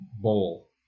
bowl